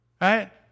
right